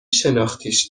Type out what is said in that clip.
شناختیش